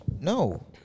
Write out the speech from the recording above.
No